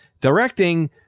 directing